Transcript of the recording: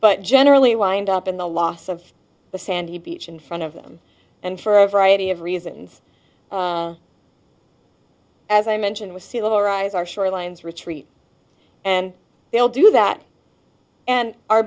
but generally wind up in the loss of the sandy beach in front of them and for a variety of reasons as i mentioned with sea level rise are shorelines retreat and they'll do that and our